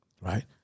right